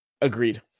Agreed